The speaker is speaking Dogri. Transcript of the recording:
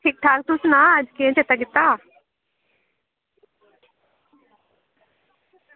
ठीक ठाक तू सना अज्ज कियां चेता कीता